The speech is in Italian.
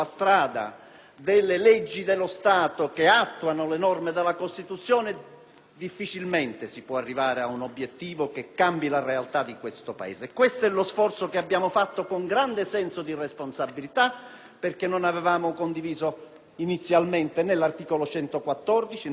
difficilmente si può arrivare a un obiettivo che cambi la realtà di questo Paese. Questo è lo sforzo che abbiamo fatto con grande senso di responsabilità perché non avevamo condiviso inizialmente né la riscrittura dell'articolo 114 della Costituzione né quella dell'articolo 119, di cui questa legge dello Stato è l'attuazione.